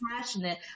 passionate